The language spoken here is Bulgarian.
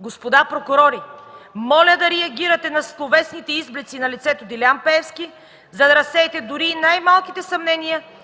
Господа прокурори, моля да реагирате на словесните изблици на лицето Делян Пеевски, за да разсеете дори и най-малките съмнения,